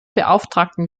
beauftragten